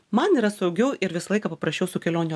man yra saugiau ir visą laiką paprasčiau su kelionių